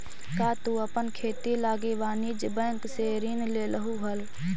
का तु अपन खेती लागी वाणिज्य बैंक से ऋण लेलहुं हल?